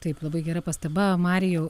taip labai gera pastaba marijau